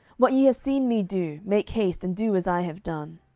what ye have seen me do, make haste, and do as i have done.